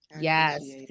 Yes